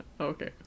Okay